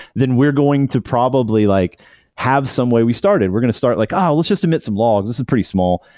then we're going to probably like have some way we started. we're going to start like, ah, let's just omit some logs. is pretty small.